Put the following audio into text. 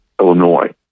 Illinois